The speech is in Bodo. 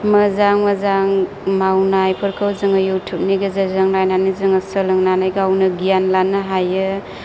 मोजां मोजां मावनायफोरखौ जोङाे इउथुबनि गेजेरजों नायनानै जोङाे सोलोंनानै गावनाे गियान लानो हायो